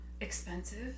Expensive